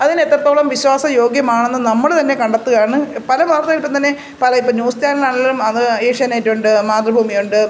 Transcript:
അതിന് എത്രത്തോളം വിശ്വാസ യോഗ്യമാണെന്ന് നമ്മൾ തന്നെ കണ്ടെത്തുകയാണ് പല വാർത്തകൾ ഇപ്പം തന്നെ പല ഇപ്പം ന്യൂസ് ചാനലുകളാണെലും അത് ഏഷ്യാനെറ്റുണ്ട് മാതൃഭൂമിയുണ്ട്